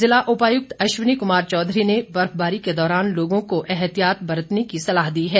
जिला उपायुक्त अश्विनी कुमार चौधरी ने बर्फबारी के दौरान लोगों को एहतियात बरतने की सलाह दी है